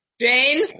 Jane